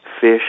fish